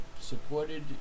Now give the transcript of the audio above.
supported